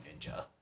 ninja